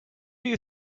you